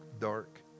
dark